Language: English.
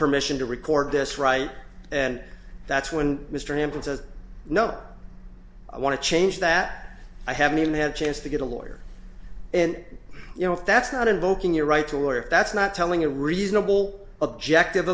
permission to record this right and that's when mr hamdan says no i want to change that i haven't had a chance to get a lawyer and you know if that's not invoking your rights or if that's not telling a reasonable objective